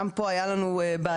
גם פה היו לנו בעיות,